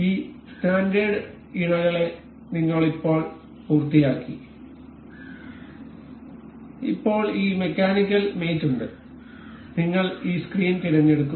ഈ സ്റ്റാൻഡേർഡ് ഇണകളെ നിങ്ങൾ ഇപ്പോൾ പൂർത്തിയാക്കി ഇപ്പോൾ ഈ മെക്കാനിക്കൽ മേറ്റ് ഉണ്ട് നിങ്ങൾ ഈ സ്ക്രീൻ തിരഞ്ഞെടുക്കും